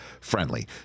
friendly